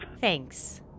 Thanks